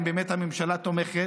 אם באמת הממשלה תומכת,